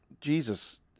Jesus